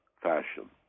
fashion